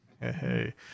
Hey